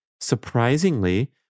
Surprisingly